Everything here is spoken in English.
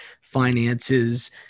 finances